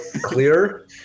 Clear